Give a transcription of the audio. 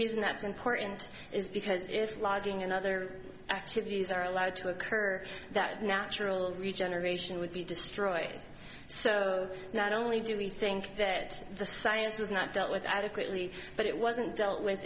reason that's important is because it is logging and other activities are allowed to occur that natural regeneration would be destroyed so not only do we think that the science was not dealt with adequately but it wasn't dealt with